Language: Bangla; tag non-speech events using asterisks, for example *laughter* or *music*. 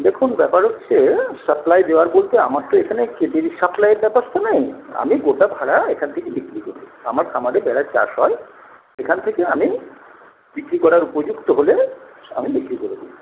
দেখুন ব্যাপার হচ্ছে সাপ্লাই দেওয়ার বলতে আমার তো এইখানে *unintelligible* সাপ্লাইয়ের ব্যাপারটা নেই আমি গোটা ভেড়া এইখান থেকে বিক্রি করব আমার আমাদের ভেড়ার চাষ হয় এইখান থেকে আমি বিক্রি করার উপযুক্ত হলে আমি বিক্রি করে দিই